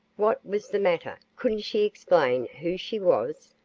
what was the matter couldn't she explain who she was?